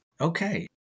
Okay